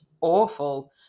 awful